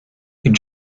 all